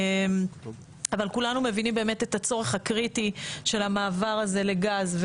אבל כולנו מבינים את הצורך הקריטי של המעבר הזה לגז,